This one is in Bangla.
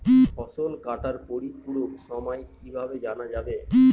ফসল কাটার পরিপূরক সময় কিভাবে জানা যায়?